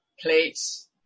plates